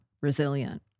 resilient